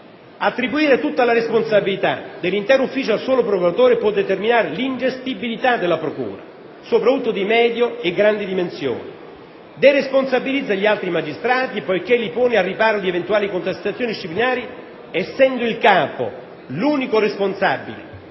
attribuire tutta la responsabilità dell'intero ufficio al solo procuratore può determinare l'ingestibilità della procura, soprattutto di medio-grandi dimensioni, deresponsabilizza gli altri magistrati perché li pone al riparo di eventuali contestazioni disciplinari essendo il capo l'unico responsabile